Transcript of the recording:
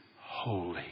holy